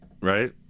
right